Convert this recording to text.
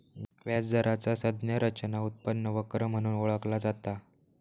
व्याज दराचा संज्ञा रचना उत्पन्न वक्र म्हणून ओळखला जाता